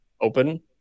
open